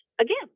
again